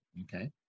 okay